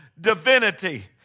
divinity